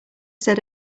said